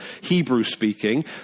Hebrew-speaking